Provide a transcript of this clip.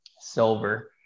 Silver